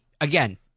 again